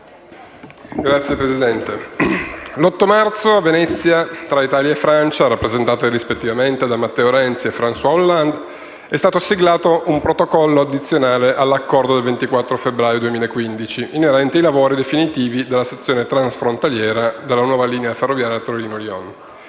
Signora Presidente, l'8 marzo, a Venezia, tra Italia e Francia, rappresentate rispettivamente da Matteo Renzi e Francois Hollande, è stato siglato il protocollo addizionale all'accordo del 24 febbraio 2015 inerente ai lavori definitivi della sezione transfrontaliera della nuova linea ferroviaria Torino-Lione.